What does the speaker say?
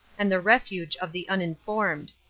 and the refuge of the uninformed.